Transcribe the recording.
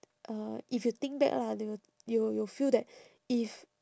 uh if you think back lah they will you will you will feel that if